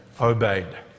obeyed